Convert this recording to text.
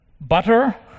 butter